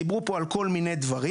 דיברו פה על כל מיני דברים.